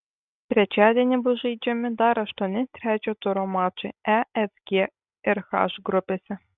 trečiadienį bus žaidžiami dar aštuoni trečio turo mačai e f g ir h grupėse